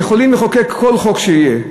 יכולים לחוקק כל חוק שיהיה.